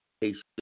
patient